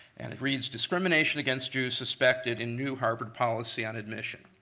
and it reads discrimination against jews suspected in new harvard policy on admission.